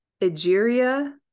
Egeria